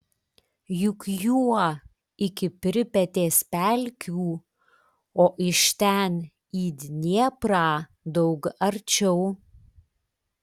juk juo iki pripetės pelkių o iš ten į dnieprą daug arčiau